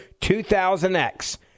2000X